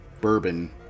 bourbon